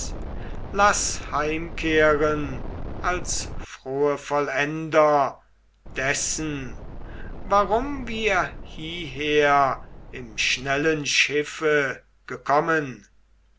laß heimkehren als frohe vollender dessen warum wir hierher im schnellen schiffe gekommen